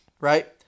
Right